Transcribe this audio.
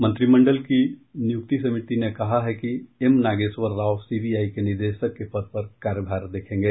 मंत्रिमंडल की नियुक्ति समिति ने कहा है कि M Nageswara Rao CBI के निदेशक के पद का कार्यभार देखेंगे